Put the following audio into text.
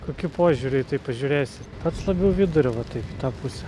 kokiu požiūriu į tai pažiūrėsi pats labiau vidurio va taip į tą pusę